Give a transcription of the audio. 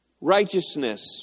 Righteousness